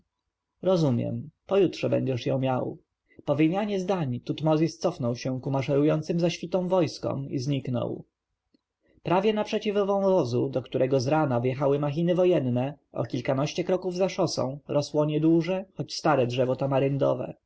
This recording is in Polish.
rozumiem pojutrze będziesz ją miał po tej wymianie zdań tutmozis cofnął się ku maszerującym za świtą wojskom i zniknął prawie naprzeciw wąwozu do którego z rana wjechały machiny wojenne o kilkanaście kroków za szosą rosło nieduże choć stare drzewo tamaryndowe